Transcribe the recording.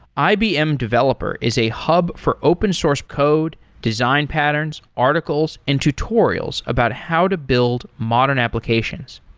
ibm developer is a hub for open source code, design patterns, articles and tutorials about how to build modern applications.